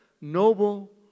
noble